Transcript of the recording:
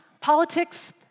politics